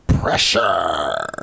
pressure